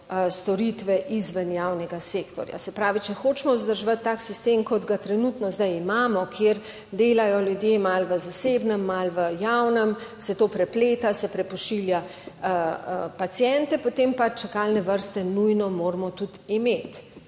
storitve izven javnega sektorja. Se pravi, če hočemo vzdrževati tak sistem, kot ga trenutno zdaj imamo, kjer delajo ljudje malo v zasebnem, malo v javnem, se to prepleta, se prepošilja paciente, potem pa čakalne vrste nujno moramo tudi imeti.